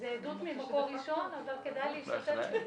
זו עדות ממקור ראשון, אבל כדאי להשתתף.